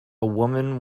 woman